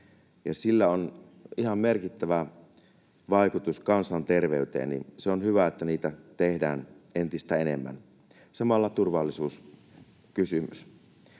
sillä on ihan merkittävä vaikutus kansanterveyteen. Se on hyvä, että niitä tehdään entistä enemmän, samalla turvallisuuskysymys.